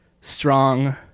strong